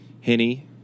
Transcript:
Henny